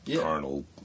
carnal